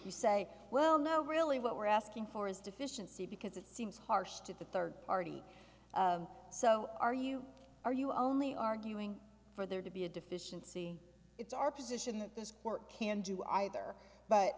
you say well no really what we're asking for is deficiency because it seems harsh to the third party so are you are you only arguing for there to be a deficiency it's our position that this court can do either but